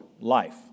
life